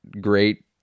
great